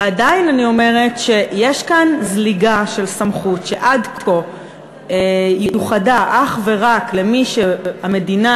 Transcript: ועדיין אני אומרת שיש כאן זליגה של סמכות שעד כה יוחדה אך ורק למי שהמדינה